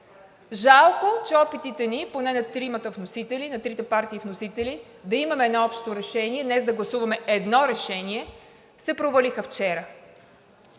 на тримата вносители, на трите партии вносители, да имаме едно общо решение, днес да гласуваме едно решение, се провалиха вчера.